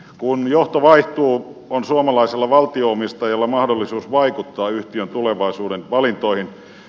kun johto vaihtuu on suomalaisella valtio omistajalla mahdollisuus vaikuttaa yhtiön tulevaisuuden valintoihin